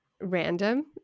random